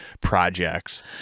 projects